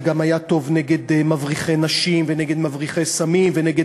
זה גם היה טוב נגד מבריחי נשים ונגד מבריחי סמים ונגד